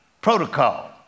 Protocol